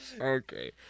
Okay